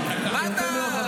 מאוד.